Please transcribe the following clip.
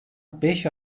beş